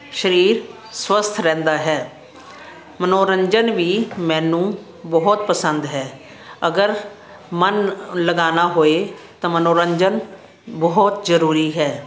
ਸਰੀਰ ਸਵਸਥ ਰਹਿੰਦਾ ਹੈ ਮਨੋਰੰਜਨ ਵੀ ਮੈਨੂੰ ਬਹੁਤ ਪਸੰਦ ਹੈ ਅਗਰ ਮਨ ਲਗਾਨਾ ਹੋਏ ਤਾਂ ਮਨੋਰੰਜਨ ਬਹੁਤ ਜ਼ਰੂਰੀ ਹੈ